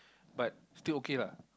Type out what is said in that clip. but still okay lah